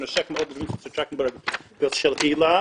זה נושק מאוד לדברים של פרופ' טרכטנברג ושל הילה,